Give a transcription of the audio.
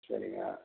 சரிங்க